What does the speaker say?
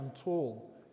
tall